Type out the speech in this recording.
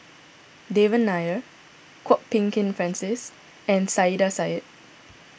Devan Nair Kwok Peng Kin Francis and Saiedah Said